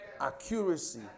accuracy